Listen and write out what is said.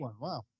wow